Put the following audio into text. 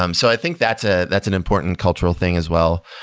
um so i think that's ah that's an important cultural thing as well.